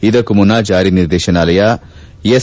ಇದಕ್ಕೂ ಮುನ್ನ ಜಾರಿ ನಿರ್ದೇಶನಾಲಯ ಎಸ್